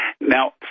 Now